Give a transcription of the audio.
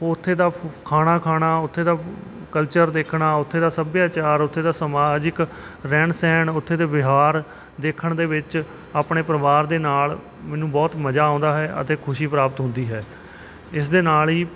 ਉੱਥੇ ਦਾ ਖਾਣਾ ਖਾਣਾ ਉੱਥੇ ਦਾ ਕਲਚਰ ਦੇਖਣਾ ਉੱਥੇ ਦਾ ਸੱਭਿਆਚਾਰ ਉੱਥੇ ਦਾ ਸਮਾਜਿਕ ਰਹਿਣ ਸਹਿਣ ਉੱਥੇ ਦੇ ਵਿਹਾਰ ਦੇਖਣ ਦੇ ਵਿੱਚ ਆਪਣੇ ਪਰਿਵਾਰ ਦੇ ਨਾਲ ਮੈਨੂੰ ਬਹੁਤ ਮਜ਼ਾ ਆਉਂਦਾ ਹੈ ਅਤੇ ਖੁਸ਼ੀ ਪ੍ਰਾਪਤ ਹੁੰਦੀ ਹੈ ਇਸ ਦੇ ਨਾਲ ਹੀ